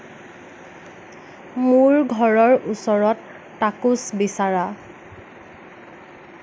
মোৰ ঘৰৰ ওচৰত টাকোছ বিচাৰা